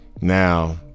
now